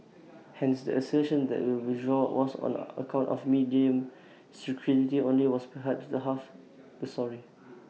hence the assertion that the withdrawal was on account of media scrutiny only was perhaps half the story